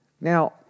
Now